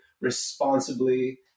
responsibly